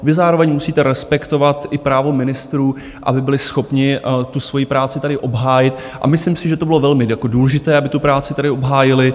Vy zároveň musíte respektovat i právo ministrů, aby byli schopni tu svoji práci tady obhájit, a myslím si, že to bylo velmi důležité, aby tu práci tady obhájili.